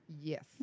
Yes